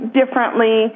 differently